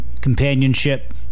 companionship